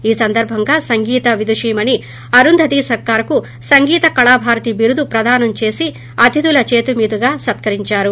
ఈ సందర్భంగా సంగీత విదుషీమణి అరుంధతి సర్కార్ కు సంగీత కళా భారతి బిరుదు ప్రధానం చేసి అతిధుల చేతులమీదుగా సత్కరించారు